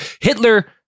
Hitler